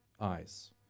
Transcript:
eyes